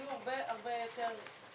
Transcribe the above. --- זה היה בחירה שלכם לא להגיע?